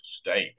State